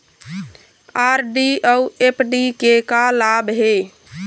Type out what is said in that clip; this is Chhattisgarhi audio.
आर.डी अऊ एफ.डी के का लाभ हे?